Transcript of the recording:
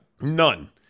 none